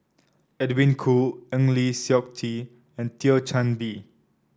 Edwin Koo Eng Lee Seok Chee and Thio Chan Bee